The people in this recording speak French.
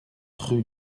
rue